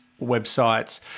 websites